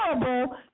terrible